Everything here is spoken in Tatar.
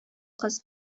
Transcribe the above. кыз